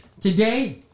today